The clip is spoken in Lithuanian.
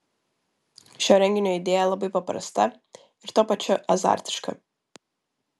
šio renginio idėja labai paprasta ir tuo pačiu azartiška